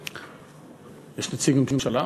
יש נציג ממשלה?